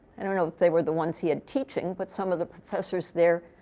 i don't know if they were the ones he had teaching, but some of the professors there